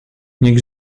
niech